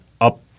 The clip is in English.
up